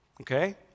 okay